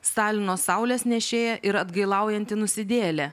stalino saulės nešėja ir atgailaujanti nusidėjėlė